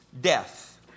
death